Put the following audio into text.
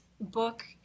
book